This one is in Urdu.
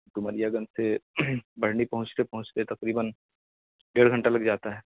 ڈومریا گنج سے بڑھنی پہنچتے پہنچتے تقریباً ڈیڑھ گھنٹہ لگ جاتا ہے